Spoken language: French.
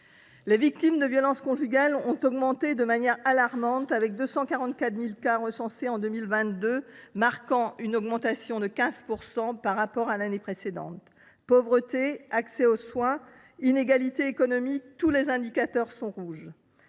de victimes de violences conjugales augmente de manière alarmante, avec 244 000 cas recensés en 2022, soit une hausse de 15 % par rapport à l’année précédente. Pauvreté, accès aux soins, inégalités économiques : tous les indicateurs sont au rouge.